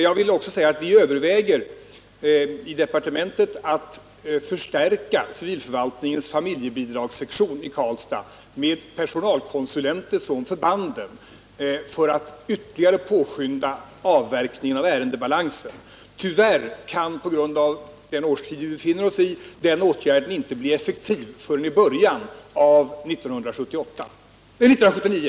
Jag vill också säga att vi överväger i departementet att förstärka civilförvaltningens familjebidragssektion i Karlstad med personalkonsulenter från förbanden för att ytterligare påskynda avverkningen av ärendebalansen. Tyvärr kan, på grund av den årstid vi befinner oss i, denna åtgärd inte bli effektiv förrän i början av 1979.